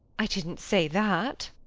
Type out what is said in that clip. i didn't say that.